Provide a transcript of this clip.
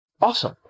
awesome